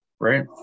right